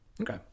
okay